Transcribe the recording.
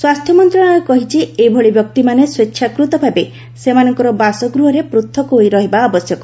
ସ୍ୱାସ୍ଥ୍ୟ ମନ୍ତ୍ରଣାଳୟ କହିଛି ଏଭଳି ବ୍ୟକ୍ତିମାନେ ସ୍ୱେଚ୍ଛାକୃତ ଭାବେ ସେମାନଙ୍କର ବାସଗୃହରେ ପୃଥକ ହୋଇ ରହିବା ଆବଶ୍ୟକ